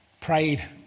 prayed